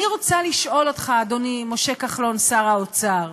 אני רוצה לשאול אותך, אדוני משה כחלון, שר האוצר: